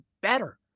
better